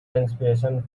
inspiration